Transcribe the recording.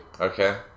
Okay